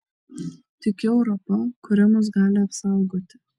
tikiu europa kuri mus gali apsaugoti